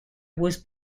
was